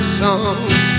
songs